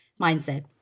mindset